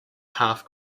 half